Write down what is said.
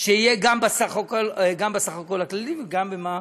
גם בסך הכול הכללי וגם במה